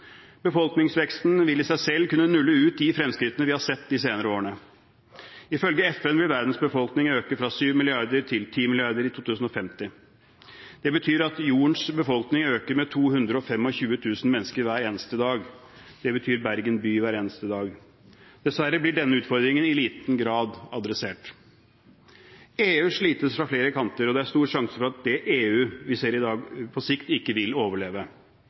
Befolkningsveksten vil i seg selv kunne nulle ut de fremskrittene vi har sett de senere årene. Ifølge FN vil verdens befolkning øke fra 7 milliarder til 10 milliarder i 2050. Det betyr at jordens befolkning øker med 225 000 mennesker hver eneste dag – det betyr Bergen by hver eneste dag. Dessverre blir denne utfordringen i liten grad adressert. EU slites fra flere kanter, og det er stor sjanse for at det EU vi ser i dag, på sikt ikke vil overleve.